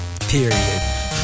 period